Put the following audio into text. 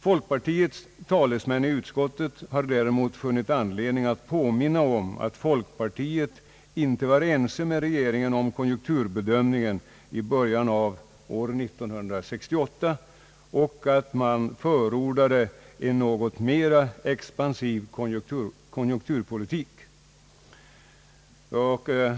Folkpartiets talesmän i utskottet har däremot funnit anledning framhålla, att folkpartiet inte var överens med regeringen om konjunkturbedömningen i början av år 1968 utan i stället förordade en något mera expansiv konjunkturpolitik.